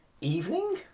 evening